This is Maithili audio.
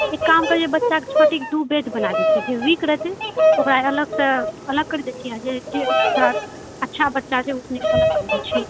एक काम करै छी बच्चाके छाॅंटिके दू बैच बना दै छी जे विक रहतै ओकरा अलगसँ अलग करि दै छी आ जे थोड़ा अच्छा बच्चा छै ओकरा अलग करि दै छी